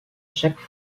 chaque